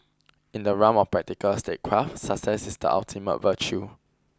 in the realm of practical statecraft success is the ultimate virtue